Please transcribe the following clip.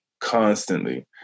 constantly